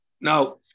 Now